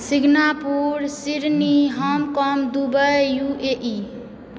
Singapore Sydney Hong Kong Dubai U A E